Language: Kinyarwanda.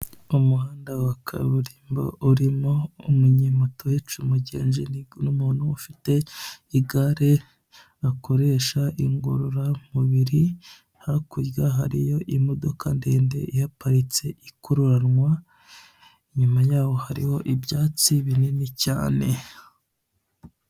Umuhanda wa kaburimbo urimo umunyemoto uhetse umugenzi, n'umuntu uba ufite igare bakoresha ingororamubiri, hakurya hariyo imodoka ndende ihaparitse ikururanwa, inyuma yaho hariho ibyatsi binini cyane.